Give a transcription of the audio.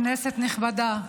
כנסת נכבדה,